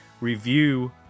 review